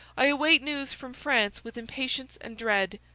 i await news from france with impatience and dread.